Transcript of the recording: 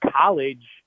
college